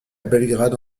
belgrade